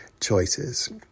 choices